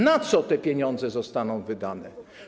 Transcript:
Na co te pieniądze zostaną wydane?